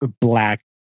black